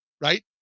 right